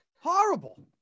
Horrible